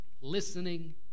listening